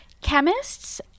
chemists